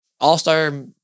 all-star